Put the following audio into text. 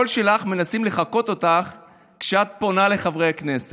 שמנסים לחקות את הקול שלך כשאת פונה לחברי הכנסת.